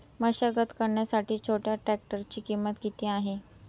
मशागत करण्यासाठी छोट्या ट्रॅक्टरची किंमत किती आहे?